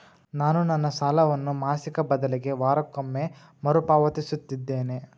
ನಾನು ನನ್ನ ಸಾಲವನ್ನು ಮಾಸಿಕ ಬದಲಿಗೆ ವಾರಕ್ಕೊಮ್ಮೆ ಮರುಪಾವತಿಸುತ್ತಿದ್ದೇನೆ